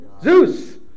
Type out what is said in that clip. Zeus